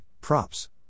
props